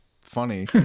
funny